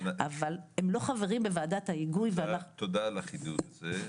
אבל הם לא חברים בוועדת ההיגוי ואנחנו --- תודה על החידוד הזה.